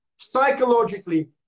psychologically